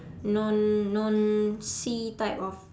non non sea type of